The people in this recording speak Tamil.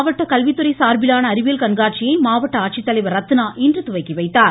மாவட்ட கல்வித்துறை சார்பிலான அறிவியல் கண்காட்சியை அரியலூரிலும் மாவட்ட ஆட்சித்தலைவர் ரத்னா இன்று துவக்கி வைத்தாா்